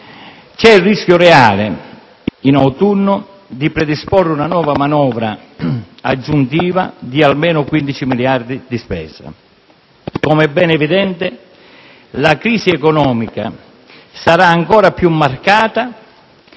C'è il rischio reale, in autunno, di predisporre una nuova manovra aggiuntiva di almeno 15 miliardi di spesa. Com'è ben evidente, la crisi economica sarà ancora più marcata